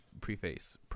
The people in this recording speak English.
preface